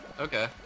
Okay